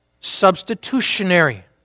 substitutionary